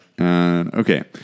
Okay